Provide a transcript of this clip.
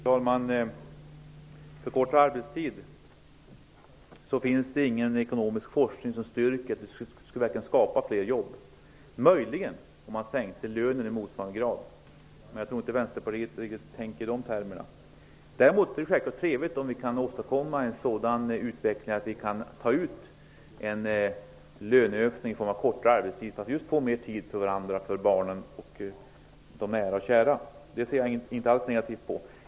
Fru talman! Det finns ingen ekonomisk forskning som styrker att förkortad arbetstid verkligen skulle skapa flera jobb. Det skulle det möjligen göra om man sänkte lönen i motsvarande grad. Men jag tror inte riktigt att Vänsterpartiet tänker i de banorna. Däremot är det självfallet trevligt om vi kan åstadkomma en sådan utveckling att vi kan ta ut en löneökning i form av kortare arbetstid för att få mera tid för barnen och de nära och kära. Det ser jag inte alls negativt på.